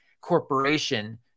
corporation